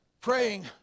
praying